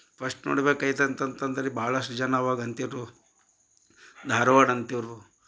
first ನೋಡ್ಬೇಕು ಆಯ್ತಂತಂತಂದರೆ ಭಾಳಷ್ಟು ಜನ ಅವಾಗ ಅಂತಿರು ಧಾರ್ವಾಡ್ ಅಂತಿರು